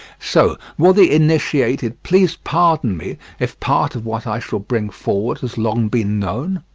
so, will the initiated please pardon me, if part of what i shall bring forward has long been known?